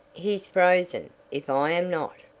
he's frozen, if i am not.